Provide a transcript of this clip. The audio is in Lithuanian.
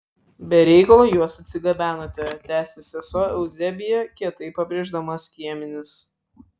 be reikalo juos atsigabenote tęsė sesuo euzebija kietai pabrėždama skiemenis